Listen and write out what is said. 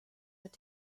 mit